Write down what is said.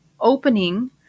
opening